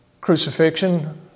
crucifixion